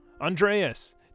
Andreas